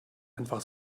einfach